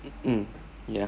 mm yeah